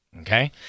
Okay